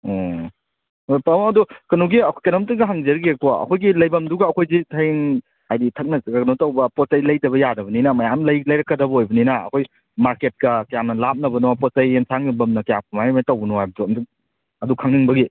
ꯑꯣ ꯍꯣꯏ ꯇꯥꯃꯣ ꯑꯗꯣ ꯀꯩꯅꯣꯒꯤ ꯀꯩꯅꯣꯝꯇꯒ ꯍꯪꯖꯈꯤꯒꯦꯀꯣ ꯑꯩꯈꯣꯏꯒꯤ ꯂꯩꯐꯝꯗꯨꯒ ꯑꯩꯈꯣꯏꯁꯦ ꯍꯌꯦꯡ ꯍꯥꯏꯗꯤ ꯊꯛꯅ ꯀꯩꯅꯣ ꯇꯧꯕ ꯄꯣꯠ ꯆꯩ ꯂꯩꯗꯕ ꯌꯥꯗꯕꯅꯤꯅ ꯃꯌꯥꯝ ꯂꯩꯔꯛꯀꯗꯕ ꯑꯣꯏꯕꯅꯤꯅ ꯑꯩꯈꯣꯏ ꯃꯥꯔꯀꯦꯠꯀ ꯀꯌꯥꯝꯅ ꯂꯥꯞꯅꯕꯅꯣ ꯄꯣꯠ ꯆꯩ ꯑꯦꯟꯁꯥꯡ ꯌꯣꯟꯐꯝꯅ ꯀꯌꯥ ꯀꯃꯥꯏ ꯀꯃꯥꯏꯅ ꯇꯧꯕꯅꯣ ꯍꯥꯏꯕꯗꯣ ꯑꯝꯇꯪ ꯑꯗꯨ ꯈꯪꯅꯤꯡꯕꯒꯤ